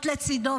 להיות לצידו.